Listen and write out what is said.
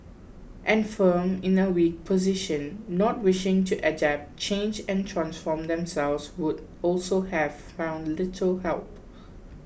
and firms in a weak position not wishing to adapt change and transform themselves would also have found little help